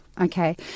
Okay